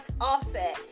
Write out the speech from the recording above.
Offset